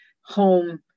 home-